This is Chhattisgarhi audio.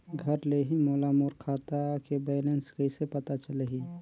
घर ले ही मोला मोर खाता के बैलेंस कइसे पता चलही?